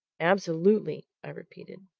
absolutely! i repeated.